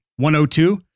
102